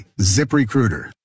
ZipRecruiter